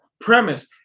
premise